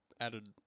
added